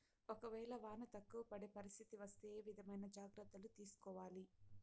ఒక వేళ వాన తక్కువ పడే పరిస్థితి వస్తే ఏ విధమైన జాగ్రత్తలు తీసుకోవాలి?